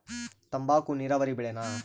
ತಂಬಾಕು ನೇರಾವರಿ ಬೆಳೆನಾ?